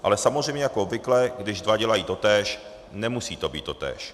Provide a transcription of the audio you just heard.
Ale samozřejmě jako obvykle, když dva dělají totéž, nemusí to být totéž.